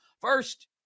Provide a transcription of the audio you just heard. First